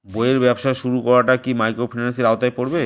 বইয়ের ব্যবসা শুরু করাটা কি মাইক্রোফিন্যান্সের আওতায় পড়বে?